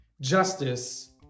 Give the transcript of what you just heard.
justice